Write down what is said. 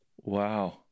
Wow